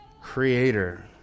Creator